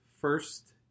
first